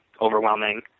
overwhelming